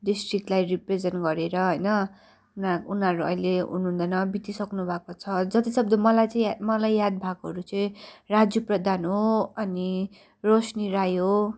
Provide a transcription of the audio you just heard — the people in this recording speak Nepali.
डिस्ट्रिक्टलाई रिप्रेजेन्ट गरेर होइन उनी उनीहरू अहिले हुनुहुँदैन बितिसक्नु भएको छ जतिसक्दो मलाई चाहिँ याद मलाई याद भएकोहरू चाहिँ राजु प्रधान हो अनि रोशनी राई हो